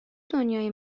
دنیای